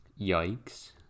Yikes